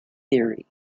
theory